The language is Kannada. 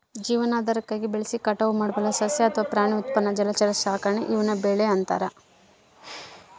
ಜೀವನಾಧಾರಕ್ಕಾಗಿ ಬೆಳೆಸಿ ಕಟಾವು ಮಾಡಬಲ್ಲ ಸಸ್ಯ ಅಥವಾ ಪ್ರಾಣಿ ಉತ್ಪನ್ನ ಜಲಚರ ಸಾಕಾಣೆ ಈವ್ನ ಬೆಳೆ ಅಂತಾರ